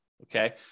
Okay